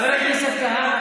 חבר הכנסת כהנא,